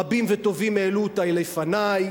רבים וטובים העלו אותה לפני,